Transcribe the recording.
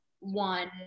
one